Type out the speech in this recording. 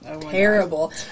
terrible